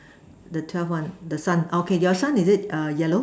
the twelve one the son okay your son is it uh yellow